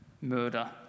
murder